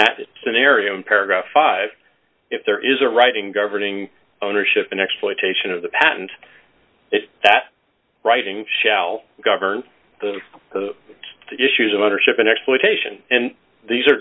that scenario in paragraph five if there is a writing governing ownership and exploitation of the patent that writing shall govern the issues of ownership and exploitation and these are